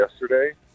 yesterday